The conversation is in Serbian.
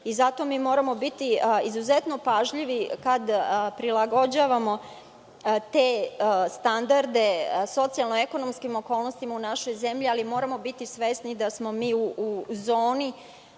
Zato moramo biti izuzetno pažljivi kada prilagođavamo te standarde socijalno ekonomskim okolnostima u našoj zemlji, ali moramo biti svesni da smo mi u zoni